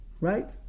right